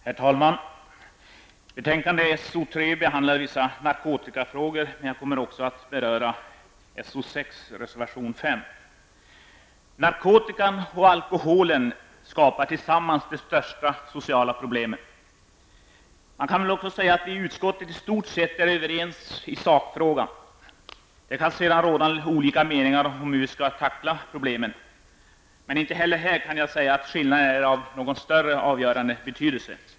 Herr talman! I betänkande SoU3 behandlas vissa narkotika frågor, men jag kommer i mitt anförande också att beröra SoU6, reservation 5. Narkotikan och alkoholen skapar tillsammans det största sociala problemen. Man kan säga att vi i utskottet i stort sett är överens i sakfrågan. Sedan kan det råda litet olika meningar om hur vi skall tackla problemen, men inte heller i fråga om detta kan jag säga att skillnaden är av någon större och avgörande betydelse.